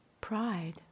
pride